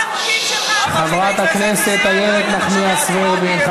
חברת הכנסת איילת נחמיאס ורבין.